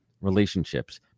relationships